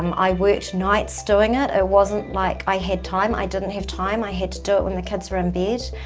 um i worked nights doing ah it, it wasn't like i had time i didn't have time. i had to do it when the kids where in bed.